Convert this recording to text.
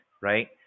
right